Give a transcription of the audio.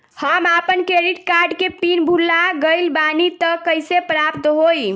हम आपन credit card के पिन भुला गइल बानी त कइसे प्राप्त होई?